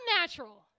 natural